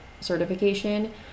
certification